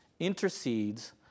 intercedes